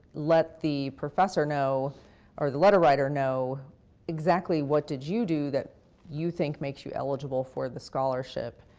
let the professor know or the letter writer know exactly what did you do that you think makes you eligible for the scholarship?